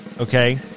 Okay